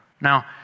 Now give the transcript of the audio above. Now